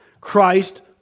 Christ